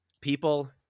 People